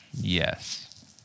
Yes